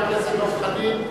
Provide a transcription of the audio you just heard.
חבר הכנסת דב חנין,